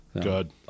Good